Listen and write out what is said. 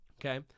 Okay